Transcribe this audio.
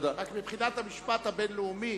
רק מבחינת המשפט הבין-לאומי,